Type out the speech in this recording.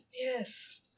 Yes